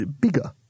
Bigger